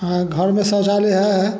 हाँ घर में शौचालय है